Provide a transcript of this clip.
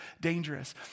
dangerous